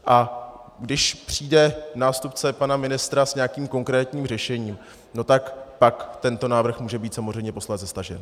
A když přijde nástupce pana ministra s nějakým konkrétním řešením, tak pak tento návrh může být samozřejmě posléze stažen.